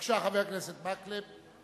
בבקשה, חבר הכנסת מקלב.